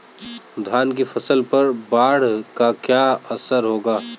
धान की फसल पर बाढ़ का क्या असर होगा?